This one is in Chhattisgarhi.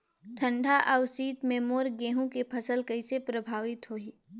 ठंडा अउ शीत मे मोर गहूं के फसल कइसे प्रभावित होही?